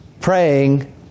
praying